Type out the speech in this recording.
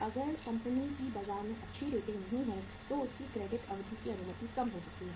अगर कंपनी की बाजार में अच्छी रेटिंग नहीं है तो उसकी क्रेडिट अवधि की अनुमति कम हो सकती है